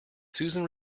susan